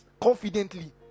confidently